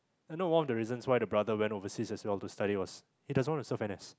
I know one of the reasons why the brother went overseas as well to study was he doesn't want to serve N_S